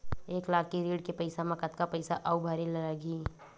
एक लाख के ऋण के पईसा म कतका पईसा आऊ भरे ला लगही?